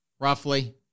roughly